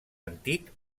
antic